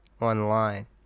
online